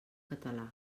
català